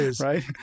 Right